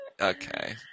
Okay